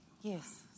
Yes